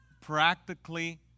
practically